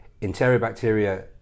enterobacteria